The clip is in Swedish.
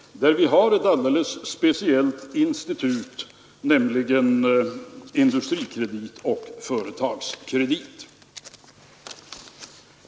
Vi har speciella institut, nämligen Industrikredit och Företagskredit.